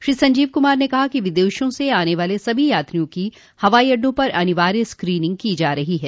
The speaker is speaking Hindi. श्री संजीव कुमार ने कहा कि विदेशों से आने वाले सभी यात्रियों की हवाई अड्डों पर अनिवार्य स्क्रीनिंग की जा रही है